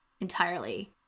entirely